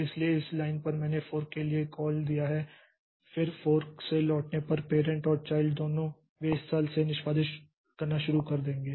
इसलिए इस लाइन पर मैंने फोर्क के लिए कॉल दिया है फिर फोर्क से लौटने पर पैरेंट और चाइल्ड दोनों वे इस स्थल से निष्पादित करना शुरू कर देंगे